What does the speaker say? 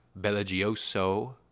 bellagioso